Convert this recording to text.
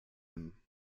him